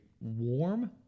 warm